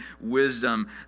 wisdom